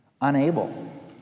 Unable